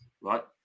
right